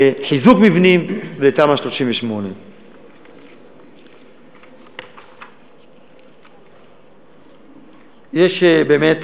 ולחיזוק מבנים ולתמ"א 38. יש באמת